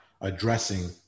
addressing